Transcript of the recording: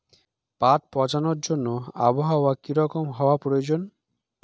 পাট পচানোর জন্য আবহাওয়া কী রকম হওয়ার প্রয়োজন?